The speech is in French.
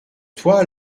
toi